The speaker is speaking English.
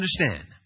understand